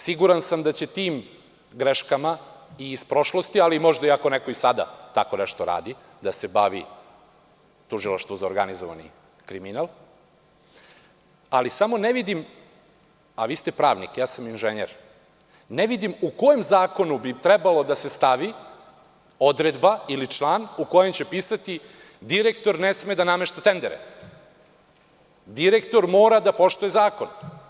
Siguran sam da će tim greškama i iz prošlosti, ali možda i ako sada tako nešto radi, da se bavi tužilaštvo za organizovani kriminal, ali samo ne vidim, a vi ste pravnik, a ja sam inženjer, u kom zakonu bi trebalo da se stavi odredba ili član u kojem će pisati – direktor ne sme da namešta tendere, direktor mora da poštuje zakon.